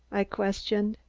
i questioned.